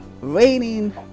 raining